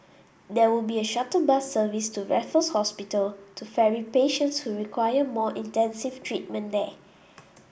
there will be a shuttle bus service to Raffles Hospital to ferry patients who require more intensive treatment there